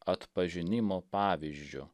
atpažinimo pavyzdžiu